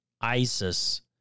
Isis